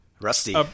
Rusty